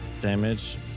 damage